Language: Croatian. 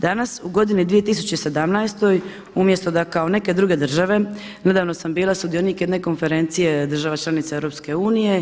Danas u godini 2017. umjesto da kao neke druge države, nedavno sam bila sudionik jedne konferencije država članica EU.